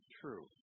true